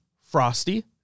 Frosty